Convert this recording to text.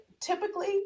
typically